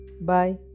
bye